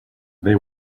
they